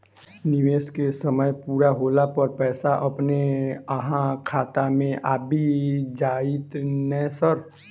निवेश केँ समय पूरा होला पर पैसा अपने अहाँ खाता मे आबि जाइत नै सर?